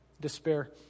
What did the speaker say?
Despair